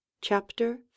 Chapter